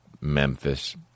Memphis